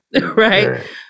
Right